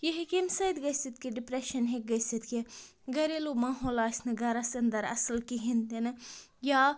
یہِ ہیٚکہِ ییٚمہِ سۭتۍ گٔژھِتھ کہ ڈِپرٛشَن ہیٚکہِ گٔژِتھ کہِ گَریلوٗ ماحول آسہِ نہٕ گَرَس اَندر اَصٕل کِہیٖنۍ تِنہٕ یا